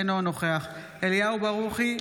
אינו נוכח אליהו ברוכי,